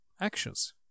Actions